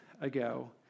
ago